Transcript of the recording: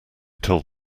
told